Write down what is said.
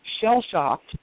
shell-shocked